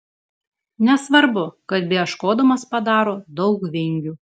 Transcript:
nesvarbu kad beieškodamas padaro daug vingių